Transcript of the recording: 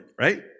right